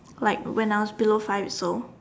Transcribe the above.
like when I was below five years old